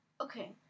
okay